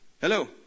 Hello